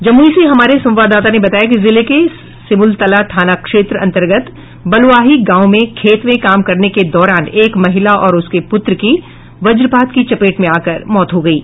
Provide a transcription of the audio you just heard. जमुई से हमारे संवाददाता ने बताया कि जिले के सिमुलतला थाना क्षेत्र अंतर्गत बलुआही गांव में खेत में काम करने के दौरान एक महिला और उसके पुत्र की वज्रपात की चपेट में आकर मौत हो गयी